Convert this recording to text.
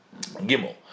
Gimel